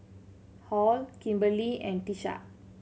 Hall Kimberley and Tisha